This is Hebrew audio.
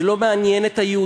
זה לא מעניין את היהודים.